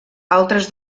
altres